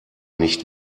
nicht